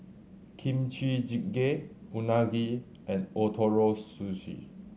Kimchi Jjigae Unagi and Ootoro Sushi